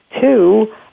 Two